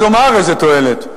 איזה תועלת?